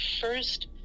first